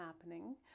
happening